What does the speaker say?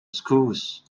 schools